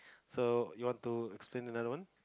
so you want to explain another one